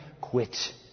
quit